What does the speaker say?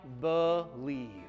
believe